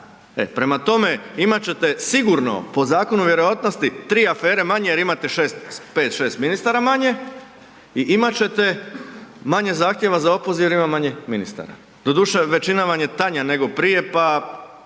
prema tome imat ćete sigurno po zakonu vjerojatnosti 3 afere manje jer imate 6, 5-6 ministara manje i imat ćete manje zahtjeva za opoziv jer ima manje ministara. Doduše, većina vam je tanja nego prije, pa